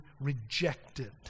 rejected